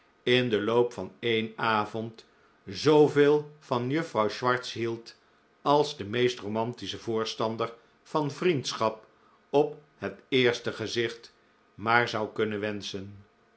in den loop van een avond zooveel van juffrouw swartz hield als de meest romantische voorstander van vriendschap op het eerste gezicht maar zou kunnen wenschen